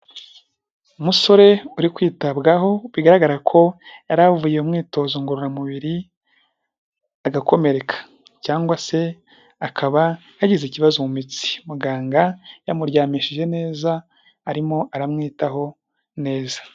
Umusore uri kwitabwaho bigaragara ko yari avuye mu myitozo ngororamubiri agakomereka cyangwa se akaba yagize ikibazo mu mitsi, muganga yamuryamishije neza arimo aramwitaho neza.